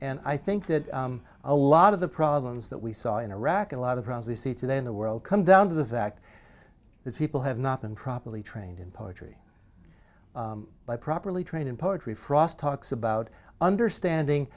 and i think that a lot of the problems that we saw in iraq a lot of crimes we see today in the world come down to the fact that people have not been properly trained in poetry by properly trained in poetry frost talks about understanding